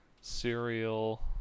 cereal